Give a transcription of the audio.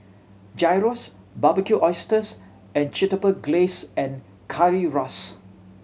Gyros Barbecued Oysters and Chipotle Glaze and Currywurst